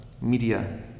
media